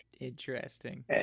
Interesting